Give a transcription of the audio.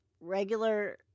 regular